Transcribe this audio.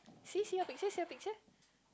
see see your picture see your picture